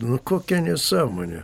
nu kokia nesąmonė